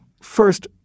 First